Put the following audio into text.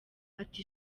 ata